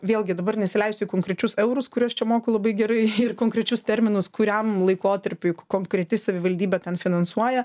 vėlgi dabar nesileisiu į konkrečius eurus kuriuos čia moku labai gerai ir konkrečius terminus kuriam laikotarpiui konkreti savivaldybė ten finansuoja